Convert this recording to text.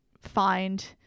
find